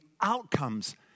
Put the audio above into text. outcomes